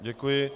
Děkuji.